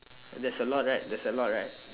there's a lot right there's a lot right